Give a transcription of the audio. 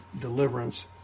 deliverance